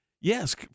Yes